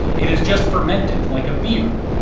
it is just fermented like a beer.